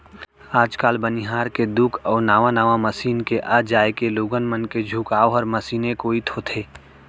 आज काल बनिहार के दुख अउ नावा नावा मसीन के आ जाए के लोगन मन के झुकाव हर मसीने कोइत होथे